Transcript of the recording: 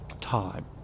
time